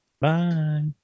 bye